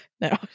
No